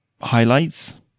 highlights